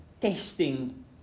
testing